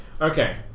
okay